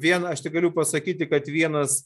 viena aš tik galiu pasakyti kad vienas